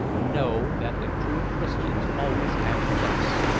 know that the true christians always act thus.